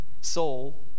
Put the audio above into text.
soul